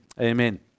amen